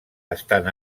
estan